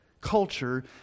culture